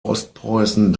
ostpreußen